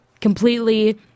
completely